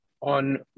on